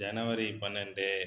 ஜனவரி பன்னெண்டு